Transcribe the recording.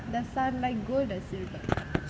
does sun like gold or silver